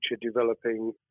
developing